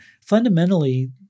fundamentally